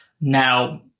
Now